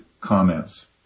comments